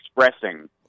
expressing